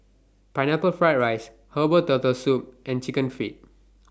Pineapple Fried Rice Herbal Turtle Soup and Chicken Feet